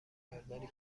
مقداری